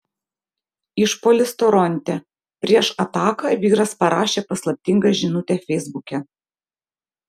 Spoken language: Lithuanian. išpuolis toronte prieš ataką vyras parašė paslaptingą žinutę feisbuke